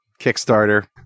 Kickstarter